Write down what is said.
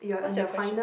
what's your question